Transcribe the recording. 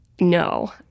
No